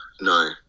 No